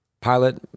pilot